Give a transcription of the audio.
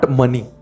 money